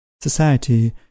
Society